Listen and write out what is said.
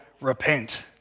repent